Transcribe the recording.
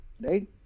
Right